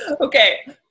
Okay